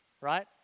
right